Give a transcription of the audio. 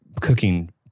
cooking-